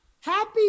Happy